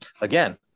again